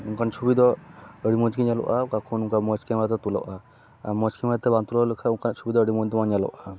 ᱚᱱᱠᱟᱱ ᱪᱷᱚᱵᱤᱫᱚ ᱟᱹᱰᱤ ᱢᱚᱡᱽᱜᱮ ᱧᱮᱞᱚᱜᱼᱟ ᱚᱠᱟᱠᱷᱚᱱ ᱚᱱᱠᱟ ᱢᱚᱡᱽ ᱠᱮᱢᱮᱨᱟᱛᱮ ᱛᱩᱞᱟᱹᱜᱼᱟ ᱟᱨ ᱢᱚᱡᱽ ᱠᱮᱢᱮᱨᱟᱛᱮ ᱵᱟᱝ ᱛᱩᱞᱟᱹᱣ ᱞᱮᱠᱷᱟᱡ ᱚᱱᱠᱟᱱᱟᱜ ᱪᱷᱚᱵᱤᱫᱚ ᱟᱹᱰᱤ ᱢᱚᱸᱡᱽᱫᱚ ᱵᱟᱝ ᱧᱮᱞᱚᱜᱼᱟ